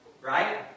Right